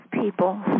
people